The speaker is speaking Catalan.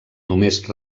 només